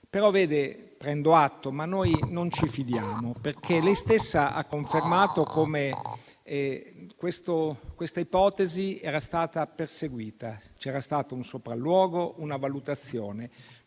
Ne prendo atto, ma noi non ci fidiamo, perché lei stessa ha confermato come questa ipotesi fosse stata perseguita: c'erano stati un sopralluogo e una valutazione.